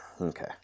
Okay